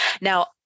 Now